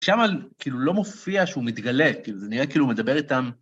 שמה כאילו לא מופיע שהוא מתגלה, כאילו זה נראה כאילו הוא מדבר איתם...